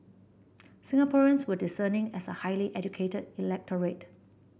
Singaporeans were discerning as a highly educated electorate